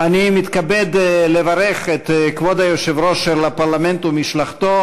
אני מתכבד לברך את כבוד היושב-ראש של הפרלמנט ומשלחתו